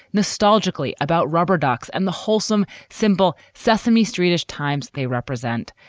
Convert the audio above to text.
nostalgically about rubber ducks and the wholesome symbol sesame street ish times they represent.